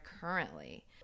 currently